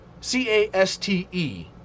C-A-S-T-E